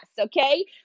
okay